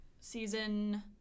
season